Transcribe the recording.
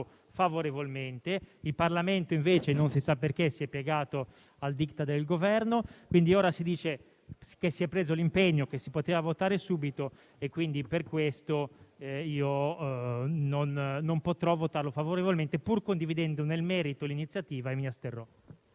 favorevolmente. Il Parlamento invece, non si sa perché, si è piegato al *Diktat* del Governo. Ora si dice che si è preso l'impegno e che si poteva votare subito; per questo io non potrò votarlo favorevolmente, pur condividendo nel merito l'iniziativa, e mi asterrò.